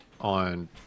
on